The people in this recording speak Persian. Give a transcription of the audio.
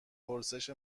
پرسش